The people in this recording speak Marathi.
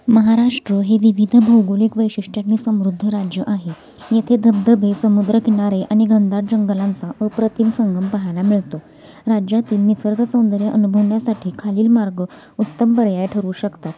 महाराष्ट्र हे विविध भौगोलिक वैशिष्टयांनी समृद्ध राज्य आहे येथे धबधबे समुद्रकिनारे आणि घनदाट जंगलांचा अप्रतिम संगम पाहायला मिळतो राज्यातील निसर्गसौंदर्य अनुभवण्यासाठी खालील मार्ग उत्तम पर्याय ठरू शकतात